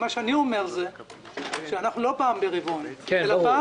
אני אומר שאנחנו לא פעם ברבעון אלא פעם